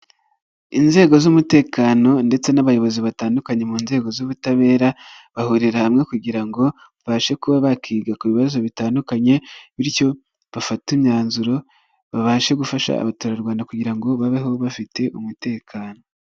Inzego z'umutekano ndetse n'abayobozi batandukanye mu nzego z'ubutabera bahurira hamwe kugira ngo babashe kuba bakiga ku bibazo bitandukanye bityo bafate imyanzuro babashe gufasha abaturarwanda kugira ngo babeho bafite umutekano.